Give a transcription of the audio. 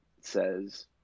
says